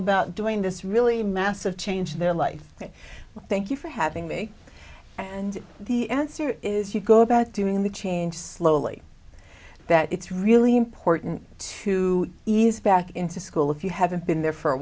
about doing this really massive change their life ok thank you for having me and the answer is you go about doing the change slowly that it's really important to ease back into school if you haven't been there for a